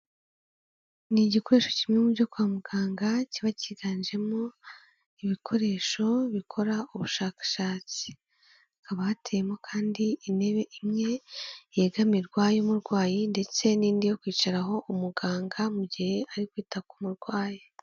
Ni igikoresho kimwe mu byo kwa muganga kiba cyiganjemo ibikoresho bikora ubushakashatsi. Hakaba hateyemo kandi intebe imwe yegamirwa y'umurwayi ndetse n'indi yo kwicaraho umuganga mu gihe ari kwita ku murwayi.